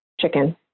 chicken